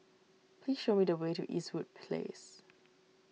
please show me the way to Eastwood Place